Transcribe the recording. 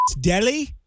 delhi